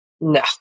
no